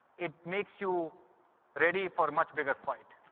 it makes you ready for a much bigger fight.